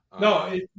No